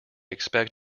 expect